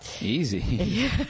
Easy